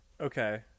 Okay